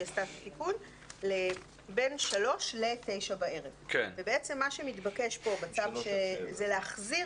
לבין 15:00 21:00. מה שמתבקש פה זה להחזיר